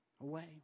Away